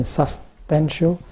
substantial